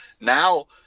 Now